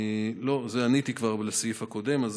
לא, על זה עניתי כבר בסעיף הקודם.